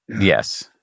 Yes